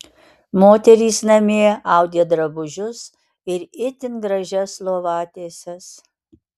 moterys namie audė drabužius ir itin gražias lovatieses